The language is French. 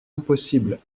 impossible